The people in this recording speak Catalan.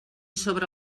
sobre